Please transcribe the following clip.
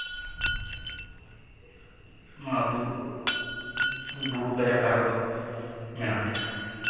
ᱱᱚᱣᱟ ᱵᱩᱨᱩ ᱵᱩᱨᱩ ᱜᱟᱡᱟᱲ ᱫᱷᱟᱨᱮ ᱨᱮᱫᱚ ᱢᱮᱱᱟᱜ ᱞᱮᱭᱟ